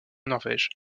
norvège